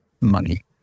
money